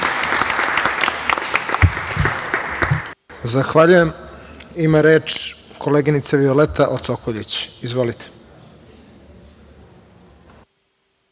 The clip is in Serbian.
Zahvaljujem. Ima reč koleginica Violeta Ocokoljić. Izvolite.